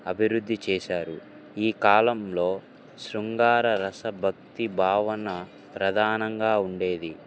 అభివృద్ధి చేశారు ఈ కాలంలో శృంగార రసభక్తి భావన ప్రధానంగా ఉండేది